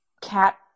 cat